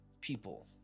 people